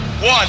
one